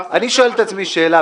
אני שואל את עצמי שאלה,